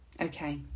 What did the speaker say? Okay